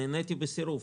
נעניתי בסירוב.